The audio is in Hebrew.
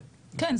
כן,